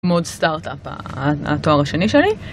עם עוד סטארט-אפ התואר השני שלי.